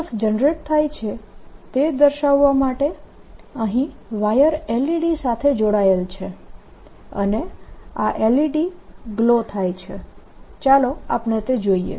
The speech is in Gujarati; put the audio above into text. હવે EMF જનરેટ થાય છે તે દર્શાવવા માટે અહીં વાયર LED સાથે જોડાયેલ છે અને આ LED ગ્લો થાય છે ચાલો આપણે તે જોઈએ